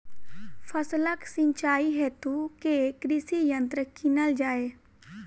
फसलक सिंचाई हेतु केँ कृषि यंत्र कीनल जाए?